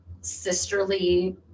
sisterly